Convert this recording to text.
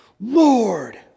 lord